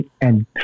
and-